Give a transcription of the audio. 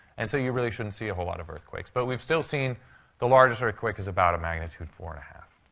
and so you really shouldn't see a whole lot of earthquakes. but we've still seen the largest earthquake is about a magnitude four and one